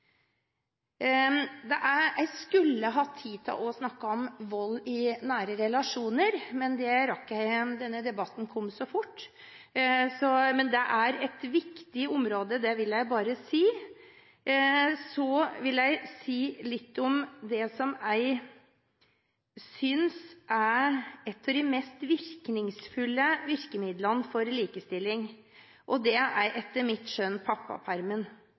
egen virksomhet. Jeg skulle hatt tid til å snakke om vold i nære relasjoner, men det rekker jeg ikke – denne debatten kom så fort – men det er et viktig område. Så vil jeg si litt om det jeg synes er et av de mest virkningsfulle virkemidlene for likestilling. Det er etter mitt skjønn pappapermen.